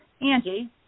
Angie